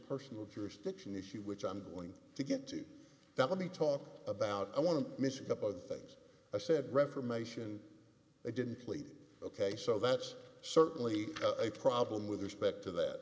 personal jurisdiction issue which i'm going to get to that let me talk about i want to miss a couple of things i said reformation they didn't complete ok so that's certainly a problem with respect to that